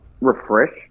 refresh